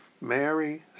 Mary